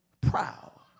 proud